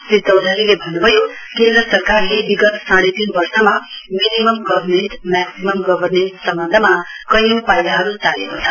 श्री चौधरीले भन्न् भयो केन्द्र सरकारले विगत साँढे तीन वर्षमा मिनिमम गर्भमेन्ट मेक्सिमन गर्भनेन्स सम्बन्धमा कैयौं पाइलाहरू चालेको छ